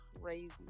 crazy